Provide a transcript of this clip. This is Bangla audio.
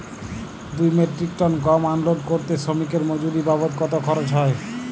দুই মেট্রিক টন গম আনলোড করতে শ্রমিক এর মজুরি বাবদ কত খরচ হয়?